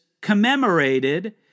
commemorated